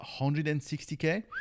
160K